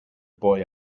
boy